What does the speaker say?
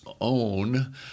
own